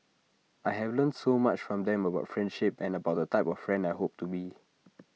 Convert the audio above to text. I have learnt so much from them about friendship and about the type of friend I hope to be